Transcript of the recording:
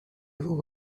avons